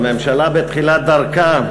הרי הממשלה בתחילת דרכה,